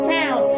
town